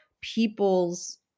people's